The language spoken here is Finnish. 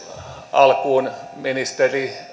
alkuun ministeri